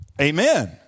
Amen